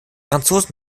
franzosen